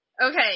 Okay